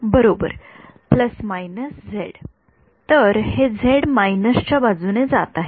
विद्यार्थी बरोबर तर जे काही च्या बाजूने जात आहे